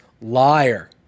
Liar